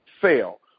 fail